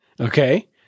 Okay